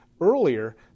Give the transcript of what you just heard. earlier